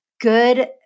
good